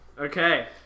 Okay